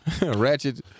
ratchet